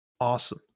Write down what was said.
Awesome